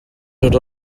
dod